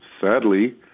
sadly